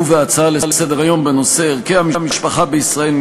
ובהצעות לסדר-היום בנושא: ערכי המשפחה בישראל,